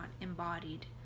embodied